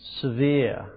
severe